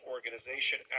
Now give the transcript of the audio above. Organization